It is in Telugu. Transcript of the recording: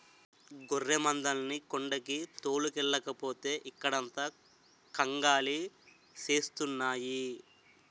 గొర్రెమందల్ని కొండకి తోలుకెల్లకపోతే ఇక్కడంత కంగాలి సేస్తున్నాయి